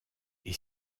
est